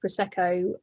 Prosecco